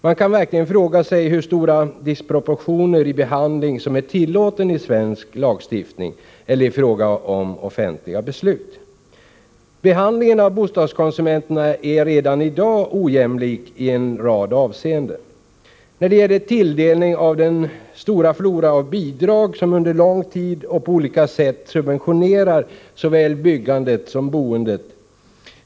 Man kan verkligen fråga sig hur stora disproportioner i behandling som tillåts i svensk lagstiftning eller i fråga om offentliga beslut. Bostadskonsumenterna behandlas redan i dag ojämlikt i en rad avseenden när det gäller tilldelning av den stora flora av bidrag som under lång tid och på olika sätt subventionerar såväl byggandet som boendet.